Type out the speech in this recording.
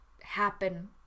happen